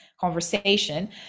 conversation